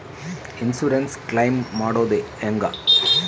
Insurance claim ಮಾಡೋದು ಹೆಂಗ?